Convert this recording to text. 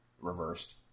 reversed